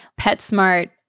PetSmart